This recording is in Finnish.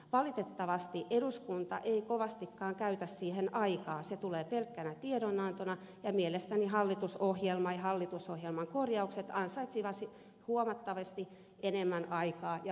valitettavasti eduskunta ei kovastikaan käytä siihen aikaa se tulee pelkkänä tiedonantona ja mielestäni hallitusohjelma ja hallitusohjelman korjaukset ansaitsisivat huomattavasti enemmän aikaa ja valiokuntakäsittelyitä